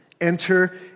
enter